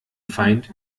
feind